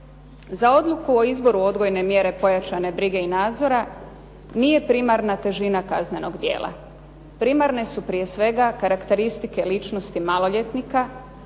Za odluku o izboru odgojne mjere pojačane brige i nadzora nije primarna težina kaznenog djela. Primarne su prije svega karakteristike ličnosti maloljetnika,